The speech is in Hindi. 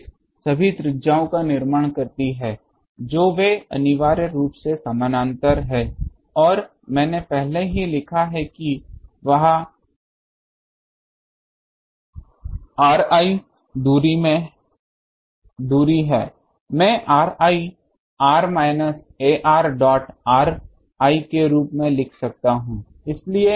रेज़ सभी त्रिज्याओं का निर्माण करती हैं जो वे अनिवार्य रूप से समानांतर हैं और मैंने पहले ही लिखा है कि वह Ri दूरी है मैं Ri r minus ar dot r i के रूप में लिख सकता हूं